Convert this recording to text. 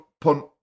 punt